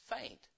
faint